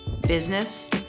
business